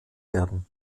werden